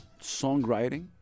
songwriting